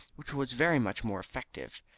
which was very much more effective.